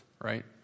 right